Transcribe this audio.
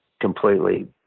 completely